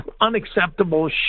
unacceptable